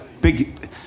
big